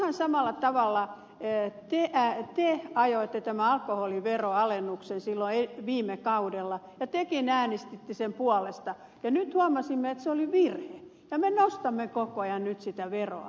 ihan samalla tavalla te ajoitte tämän alkoholiveron alennuksen silloin viime kaudella ja tekin äänestitte sen puolesta ja nyt huomasimme että se oli virhe ja me nostamme nyt koko ajan sitä veroa